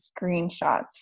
screenshots